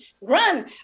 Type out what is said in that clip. run